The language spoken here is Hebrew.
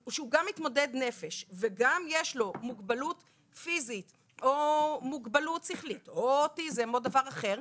מתמודד נפש וגם יש לו מוגבלות פיזית או שכלית או אוטיזם או דבר אחר,